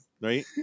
Right